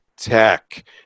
Tech